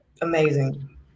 amazing